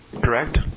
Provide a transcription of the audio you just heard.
correct